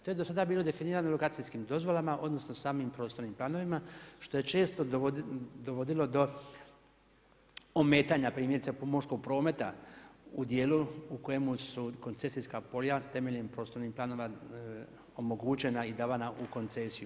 To je do sada bilo definirano lokacijskim dozvolama odnosno samim prostornim planovima što je često dovodilo do ometanja primjerice pomorskog prometa u djelu u kojemu su koncesijska polja temeljem prostornih planova i davana u koncesiju.